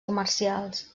comercials